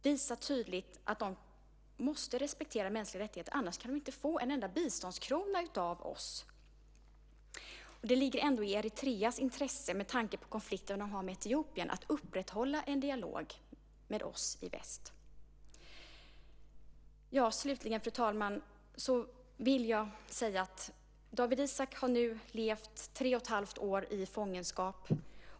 Visa tydligt att de måste respektera mänskliga rättigheter. Annars kan de inte få en enda biståndskrona av oss. Det ligger ändå i Eritreas intresse, med tanke på konflikten med Etiopien, att upprätthålla en dialog med oss i väst. Fru talman! Slutligen vill jag säga att Dawit Isaak nu har levt tre och ett halvt år i fångenskap.